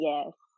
Yes